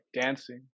dancing